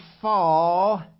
fall